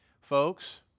Folks